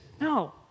no